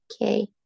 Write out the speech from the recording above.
okay